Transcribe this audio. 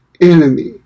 enemy